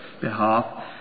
behalf